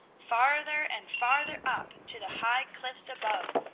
farther and farther up to the high cliffs above.